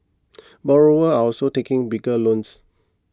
borrowers are also taking bigger loans